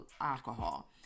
alcohol